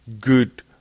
good